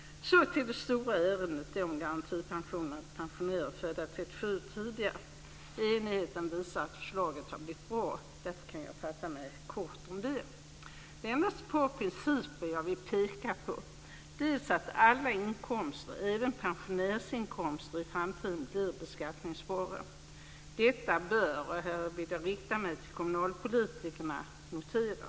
Så till det stora ärendet, det om garantipensionerna för pensionärer födda 1937 och tidigare. Enigheten visar att förslaget har blivit bra, och därför kan jag fatta mig kort om det. Det är endast ett par principer som jag vill peka på. Den första är att alla inkomster, även pensionärsinkomster, i framtiden blir beskattningsbara. Detta bör man - och här riktar jag mig till kommunalpolitikerna - notera.